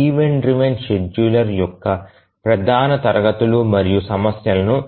event driven షెడ్యూలర్ల యొక్క ప్రధాన తరగతులు మరియు సమస్యలను